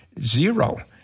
Zero